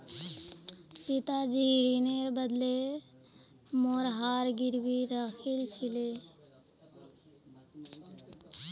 पिताजी ऋनेर बदले मोर हार गिरवी राखिल छिले